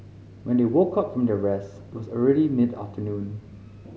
when they woke up from their rest it was already mid afternoon